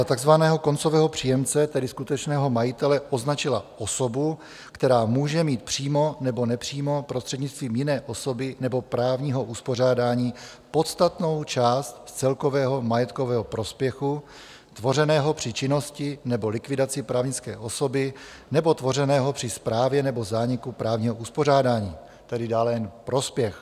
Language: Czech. Za takzvaného koncového příjemce, tedy skutečného majitele, označila osobu, která může mít přímo nebo nepřímo prostřednictvím jiné osoby nebo právního uspořádání podstatnou část celkového majetkového prospěchu tvořeného při činnosti nebo likvidaci právnické osoby nebo tvořeného při správě nebo zániku právního uspořádání, tedy dále jen prospěch.